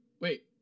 Wait